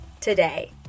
today